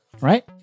Right